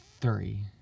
Three